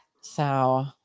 So-